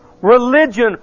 Religion